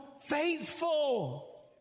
faithful